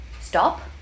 stop